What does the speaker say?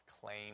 claim